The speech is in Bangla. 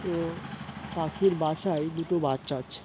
ও পাখির বাসায় দুটো বাচ্চা আছে